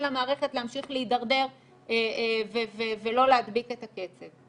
למערכת להמשיך להידרדר ולא להדביק את הקצב?